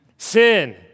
Sin